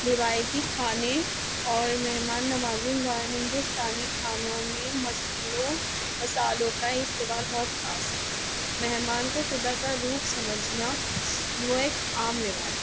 روایتی کھانے اور مہمان نوازی ہندوستانی کھانوں میں مسلوں مسالوں کا استعمال بہت خاص ہے مہمان کو خدا کا روپ سمجھنا وہ ایک عام روایت ہے